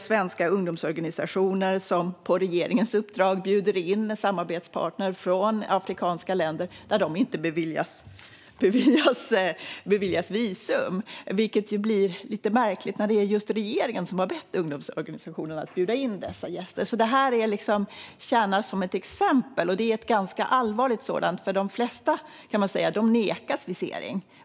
Svenska ungdomsorganisationer bjuder på regeringens uppdrag in samarbetspartner från afrikanska länder som inte beviljas visum, vilket blir lite märkligt när det är just regeringen som har bett ungdomsorganisationerna att bjuda in dessa gäster. Detta tjänar alltså som ett exempel, och det är ett ganska allvarligt sådant. De flesta nekas visering.